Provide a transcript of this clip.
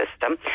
system